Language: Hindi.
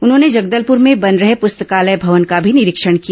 उन्होंने जगदलपुर में बन रहे पुस्तकालय भवन को भी निरीक्षण किया